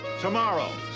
tomorrow